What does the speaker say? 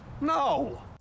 No